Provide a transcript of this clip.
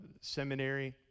Seminary